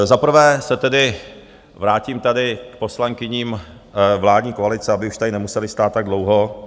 Za prvé se vrátím tady k poslankyním vládní koalice, aby už tady nemusely stát tak dlouho.